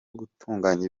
gutunganya